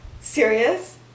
Serious